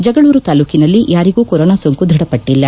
ಜಗಳೂರು ತಾಲ್ಲೂಕಿನಲ್ಲಿ ಯಾರಿಗೂ ಕೊರೊನಾ ಸೋಂಕು ದ್ವಢಪಟ್ಟಿಲ್ಲ